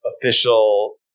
official